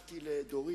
פנו אלי,